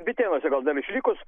bitėnuose gal dar išlikus